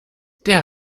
der